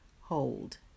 hold